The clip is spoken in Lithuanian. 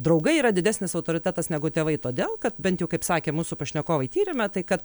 draugai yra didesnis autoritetas negu tėvai todėl kad bent jau kaip sakė mūsų pašnekovai tyrime tai kad